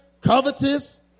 covetous